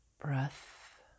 breath